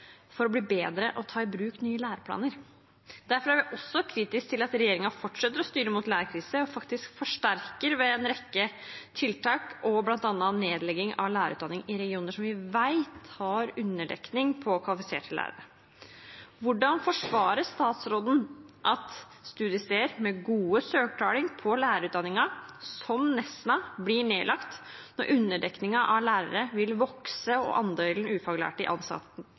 for å bli bedre og for å ta i bruk nye læreplaner. Derfor er vi kritisk til at regjeringen fortsetter å styre mot lærerkrise og faktisk forsterker denne ved en rekke tiltak, bl.a. nedlegging av lærerutdanninger i regioner som vi vet har underdekning av kvalifiserte lærere. Hvordan forsvarer statsråden at studiesteder med gode søkertall på lærerutdanningen, som Nesna, blir nedlagt når underdekningen av lærere vil vokse og andelen ufaglærte ansatte i